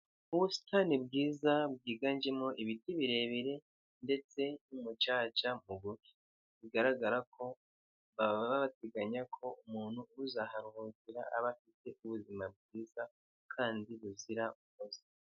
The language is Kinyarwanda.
Mu busitani bwiza bwiganjemo ibiti birebire ndetse n'umucaca mugufi. Bigaragara ko baba bateganya ko umuntu uzaharuhukira aba afite ubuzima bwiza kandi buzira umuze.